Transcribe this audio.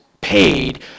paid